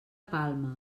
palma